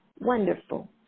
wonderful